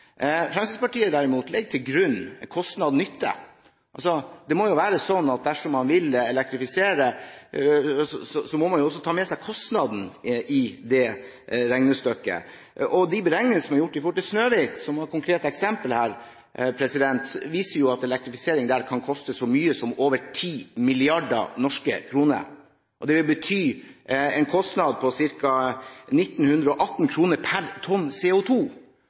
Fremskrittspartiet, derimot, legger til grunn kost–nytte-vurdering. Det må være sånn at dersom man vil elektrifisere, må man også ta med seg kostnadene i det regnestykket. De beregningene som er gjort for Snøhvit, som var et konkret eksempel her, viser at elektrifisering der kan koste så mye som over 10 mrd. norske kroner. Det vil bety en kostnad på ca. 1 918 kr per tonn